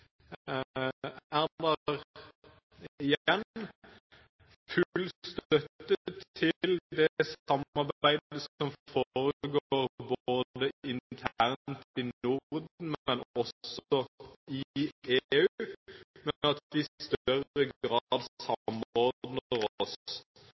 er det igjen full støtte til det samarbeidet som foregår både internt i Norden og også i EU ved at